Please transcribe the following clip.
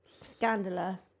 scandalous